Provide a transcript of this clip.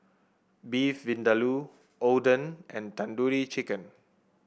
Beef Vindaloo Oden and Tandoori Chicken